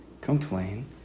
complain